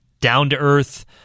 down-to-earth